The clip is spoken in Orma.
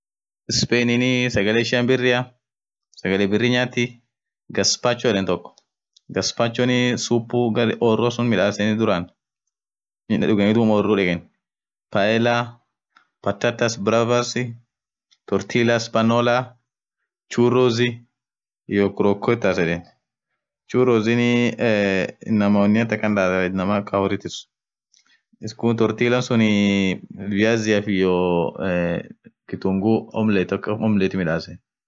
Spainin sagale ishin birria sagale birri nyathi gaspachu yedheni toko gaspachu supu garr orua sutthi midhaseni dhuran dhugeni dhub oruu dheken paelar patates bravaa postina panolar churozi iyo krokhotas churozi eee inamaa uniathi akhan dhathaa inamaa horri tisuuu iskun tortile suun viazi iyo kithunguu homelet midhasen